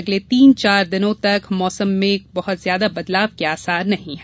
अगले तीन चार दिन तक मौसम में बहुत ज्यादा बदलाव के आसार नहीं हैं